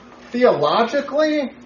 Theologically